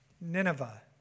Nineveh